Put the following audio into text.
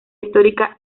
histórica